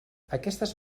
aquestes